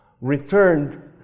returned